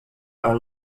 are